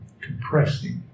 compressing